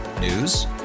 News